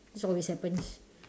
this always happens